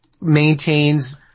maintains